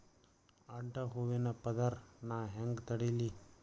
ಅಡ್ಡ ಹೂವಿನ ಪದರ್ ನಾ ಹೆಂಗ್ ತಡಿಲಿ?